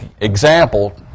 Example